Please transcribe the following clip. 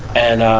and,